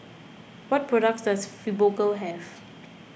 what products does Fibogel have